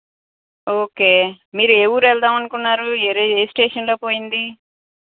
okay మీరు ఏ ఊరు వెళ్దాం అనుకున్నారు ఏ రే ఏ స్టేషన్లో పోయింది